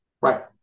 Right